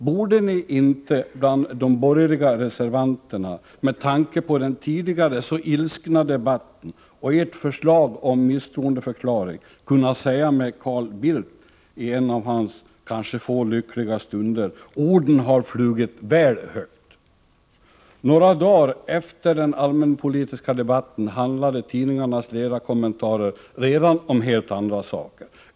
Borde ni inte bland de borgerliga reservanterna, med tanke på den tidigare så ilskna debatten och ert förslag om misstroendeförklaring, kunna säga med Carl Bildt, i en av hans kanske få lyckliga stunder, att ”orden har flugit väl högt.” Några dagar efter den allmänpolitiska debatten handlade tidningarnas ledarkommentarer redan om helt andra saker.